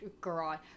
Garage